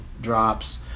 drops